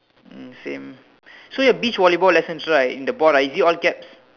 mm same so your beach volleyball lessons right in the board right is it all caps